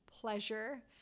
pleasure